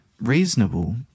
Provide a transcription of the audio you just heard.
reasonable